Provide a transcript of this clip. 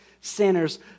sinners